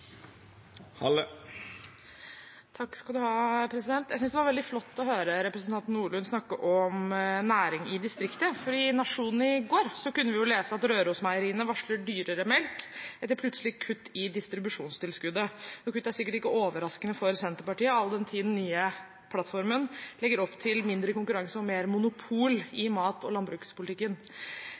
var veldig flott å høre representanten Nordlund snakke om næring i distriktene, for i Nationen i går kunne vi lese at Rørosmeieriet varsler dyrere melk etter plutselige kutt i distribusjonstilskuddet. Dette er sikkert ikke overraskende for Senterpartiet, all den tid den nye plattformen legger opp til mindre konkurranse og mer monopol i mat- og landbrukspolitikken.